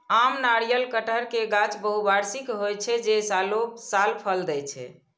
आम, नारियल, कहटर के गाछ बहुवार्षिक होइ छै, जे सालों साल फल दै छै